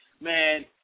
Man